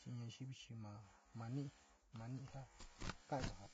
chi nayivi ma manii ji kaayo ja